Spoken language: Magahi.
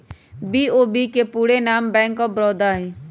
बी.ओ.बी के पूरे नाम बैंक ऑफ बड़ौदा हइ